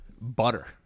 butter